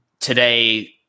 Today –